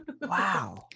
Wow